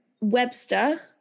Webster